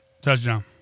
Touchdown